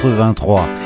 1983